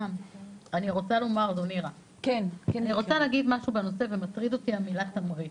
אני רוצה לומר משהו בנושא ומטריד אותי המילה "תמריץ".